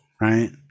right